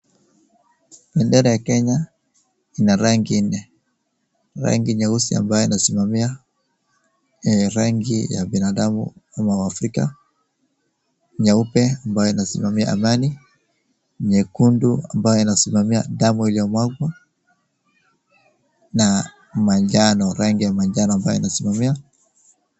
Bendera ya Kenya ina rangi nne, rangi nyeusi ambayo inasimamia rangi ya binadamu au waafrika , nyeupe ambayo inasimamia amani, nyekundu ambayo inasimamia damu iliyomwagwa na manjano , rangi ya manjano ambayo inasimamia.